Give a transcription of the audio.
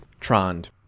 Trond